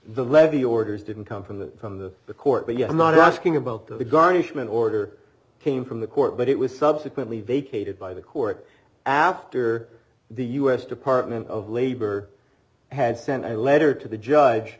the levy orders didn't come from the from the the court but you're not asking about the garnishment order came from the court but it was subsequently vacated by the court after the u s department of labor had sent a letter to the